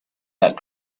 that